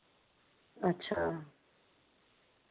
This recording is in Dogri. अच्छा